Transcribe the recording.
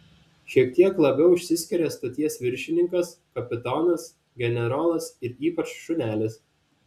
šiek tiek labiau išsiskiria stoties viršininkas kapitonas generolas ir ypač šunelis